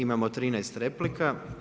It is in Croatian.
Imamo 13 replika.